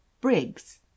Briggs